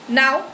now